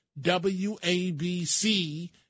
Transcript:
WABC